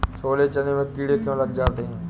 छोले चने में कीड़े क्यो लग जाते हैं?